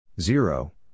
Zero